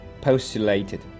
Postulated